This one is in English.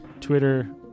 Twitter